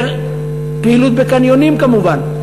יותר פעילות בקניונים כמובן,